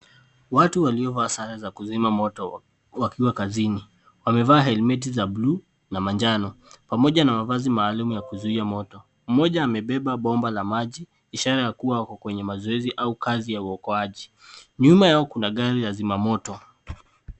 Watu waliovaa sare za kuzima moto wakiwa kazini. Wamevaa helmet za bluu na manjano pamoja na mavazi maalum ya kuzuia moto. Mmoja amebeba bomba la maji ishara ya kuwa ako kwenye mazoezi au kazi ya uokoaji. Nyuma yao kuna gari la zimamoto.